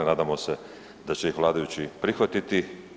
Nadamo se da će ih vladajući prihvatiti.